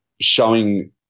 showing